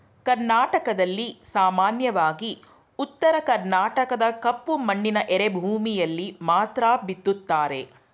ಕರ್ನಾಟಕದಲ್ಲಿ ಸಾಮಾನ್ಯವಾಗಿ ಉತ್ತರ ಕರ್ಣಾಟಕದ ಕಪ್ಪು ಮಣ್ಣಿನ ಎರೆಭೂಮಿಯಲ್ಲಿ ಮಾತ್ರ ಬಿತ್ತುತ್ತಾರೆ